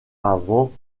avant